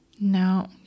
No